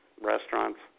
restaurants